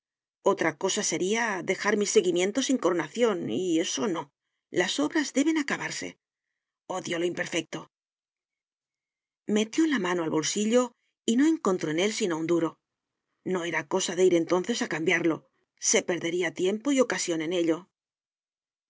otra cosa sería dejar mi seguimiento sin coronación y eso no las obras deben acabarse odio lo imperfecto metió la mano al bolsillo y no encontró en él sino un duro no era cosa de ir entonces a cambiarlo se perdería tiempo y ocasión en ello